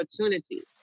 opportunities